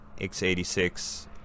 x86